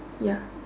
ya